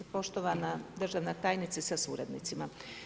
Poštovana državna tajnice sa suradnicima.